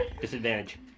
Disadvantage